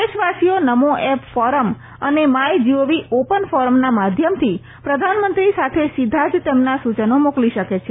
દેશવાસીઓ Namo app forum અને my GOV open ફોરમના માધ્યમથી પ્રધાનમંત્રી સાથે સીધા જ તેમના સુચનો મોકલી શકે છે